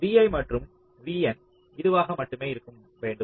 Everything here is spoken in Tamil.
vi மற்றும் vn இதுவாக மட்டுமே இருக்க வேண்டும்